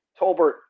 Tolbert